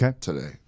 today